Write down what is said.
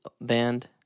band